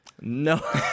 No